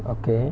okay